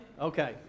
okay